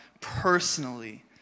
personally